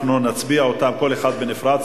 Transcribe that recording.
נצביע כל אחת בנפרד.